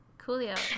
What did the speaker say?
Coolio